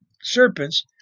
serpents